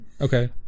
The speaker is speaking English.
okay